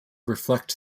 reflect